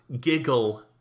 giggle